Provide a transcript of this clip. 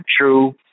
true